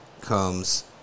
comes